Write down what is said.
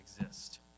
exist